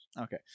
Okay